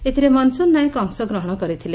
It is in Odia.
ଏଥିରେ ମନସ୍ରନ ନାୟକ ଅଂଶଗ୍ରହଶ କରିଥିଲେ